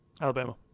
Alabama